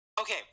okay